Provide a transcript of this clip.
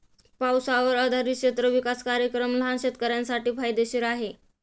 पावसावर आधारित क्षेत्र विकास कार्यक्रम लहान शेतकऱ्यांसाठी फायदेशीर आहे